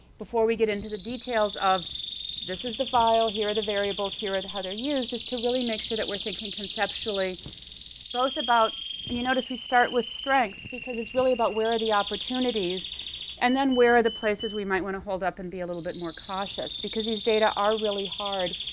before we get in to the details of this is the file, here are the variables, here are and how they're used is to really make sure that we're thinking conceptually both about and you noticed, we start with strengths because it's really about where are the opportunities and then where are the places we might want to hold up and be a little bit more cautious, because these data are really hard.